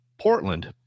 Portland